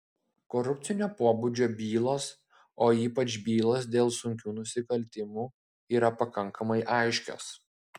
korupcinio pobūdžio bylos o ypač bylos dėl sunkių nusikaltimų yra pakankamai aiškios